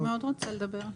אני מאוד רוצה לדבר.